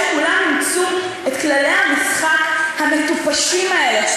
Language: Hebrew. שכולם אימצו את כללי המשחק המטופשים האלה,